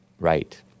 Right